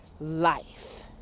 life